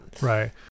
right